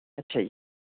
ਅੱਛਾ ਜੀ